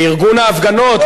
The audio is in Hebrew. בארגון ההפגנות,